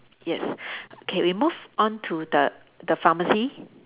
yes okay we move on to the the pharmacy